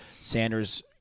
Sanders